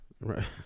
Right